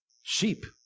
Sheep